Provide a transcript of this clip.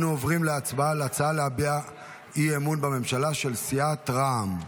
אנו עוברים להצבעה על ההצעה להביע אי-אמון בממשלה של סיעת רע"מ.